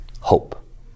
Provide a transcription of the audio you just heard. hope